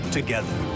Together